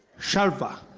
chelva